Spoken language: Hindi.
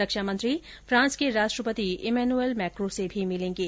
रक्षामंत्री फ्रांस के राष्ट्रपति इमैनुअल मैक्रों से भी मिलेंगे